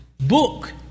book